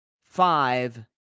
five